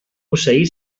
posseir